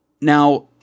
Now